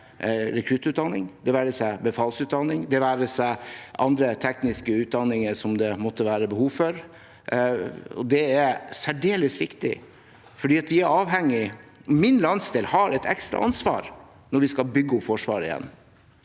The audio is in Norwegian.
rekruttutdanning, befalsutdanning eller andre tekniske utdanninger som det måtte være behov for. Det er særdeles viktig, for min landsdel har et ekstra ansvar når vi skal bygge opp Forsvaret igjen.